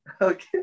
Okay